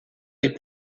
les